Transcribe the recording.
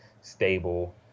stable